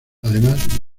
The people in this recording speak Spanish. además